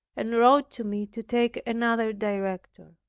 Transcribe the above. and wrote to me to take another director.